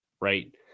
Right